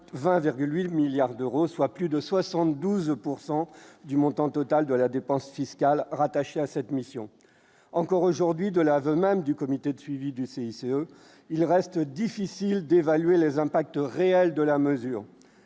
20,8 milliards d'euros, soit plus de 72 pourcent du montant total de la dépense fiscale rattaché à cette mission, encore aujourd'hui, de l'aveu même du comité de suivi du CICE, il reste difficile d'évaluer les impacts réels de la mesure,